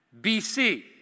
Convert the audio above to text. BC